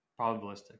probabilistic